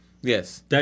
Yes